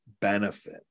benefit